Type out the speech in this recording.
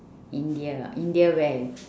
india ah india where